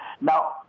Now